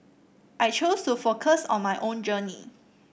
I choose to focus on my own journey